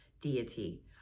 deity